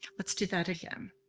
let's do that again.